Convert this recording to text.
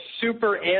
super